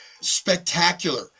spectacular